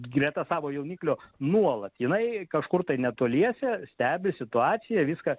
greta savo jauniklio nuolat jinai kažkur tai netoliese stebi situaciją viską